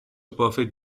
perfect